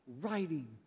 writing